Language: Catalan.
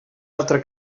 altre